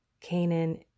Canaan